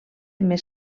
més